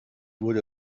wurde